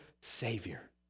Savior